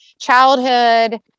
childhood